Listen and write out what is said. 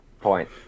point